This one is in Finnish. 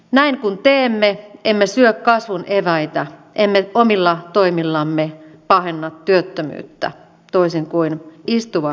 näin kun teemme emme syö kasvun eväitä emme omilla toimillamme pahenna työttömyyttä toisin kuin istuva hallitus